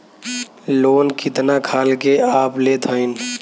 Loan कितना खाल के आप लेत हईन?